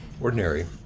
ordinary